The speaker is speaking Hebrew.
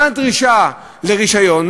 מה הדרישה לרישיון?